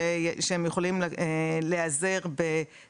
הם יכולים לקבל עזרה.